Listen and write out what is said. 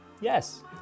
Yes